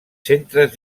centres